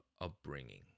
upbringing